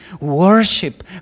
worship